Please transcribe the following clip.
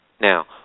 now